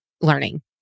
learning